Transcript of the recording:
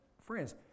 Friends